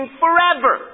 forever